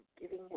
giving